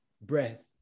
breath